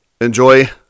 enjoy